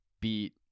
beat –